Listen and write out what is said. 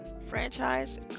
franchise